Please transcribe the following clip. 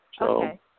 Okay